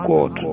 God